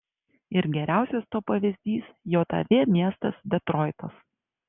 ir geriausias to pavyzdys jav miestas detroitas